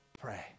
pray